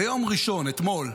ביום ראשון, אתמול,